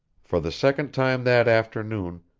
for the second time that afternoon,